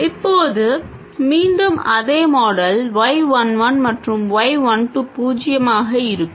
இப்போது மீண்டும் அதே மாடல் y 1 1 மற்றும் y 1 2 பூஜ்ஜியமாக இருக்கும்